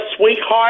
Sweetheart